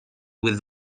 with